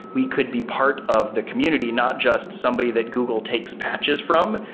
we could be part of the community. not just somebody that google takes patches from,